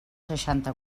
seixanta